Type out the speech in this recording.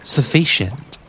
Sufficient